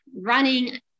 running